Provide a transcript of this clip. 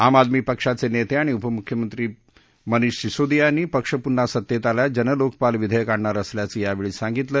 आप पक्षाचे नेते आणि उपमुख्यमंत्री मनिष सिसोदिया यांनी पक्ष पुन्हा सत्तेत आल्यास जनलोकपाल विधेयक आणणार असल्याचं योवेळी सांगितलं